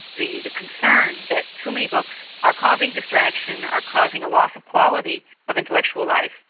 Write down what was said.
the the concern that too many books are causing distraction, are causing a loss of quality of intellectual life,